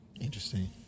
Interesting